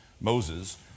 Moses